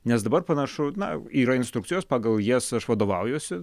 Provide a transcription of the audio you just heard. nes dabar panašu na yra instrukcijos pagal jas aš vadovaujuosi